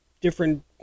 different